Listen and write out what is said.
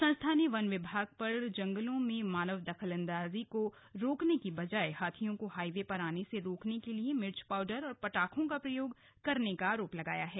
संस्था ने वन विभाग पर जंगलों में मानव दखलंदाजी को रोकने की बजाए हाथियों को हाईवे पर आने से रोकने के लिए मिर्च पाउडर और पटाखों का प्रयोग करने का आरोप लगाया है